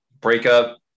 breakup